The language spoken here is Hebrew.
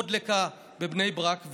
פה דלקה בבני ברק,